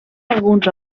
alguns